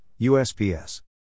USPS